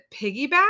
piggyback